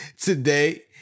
today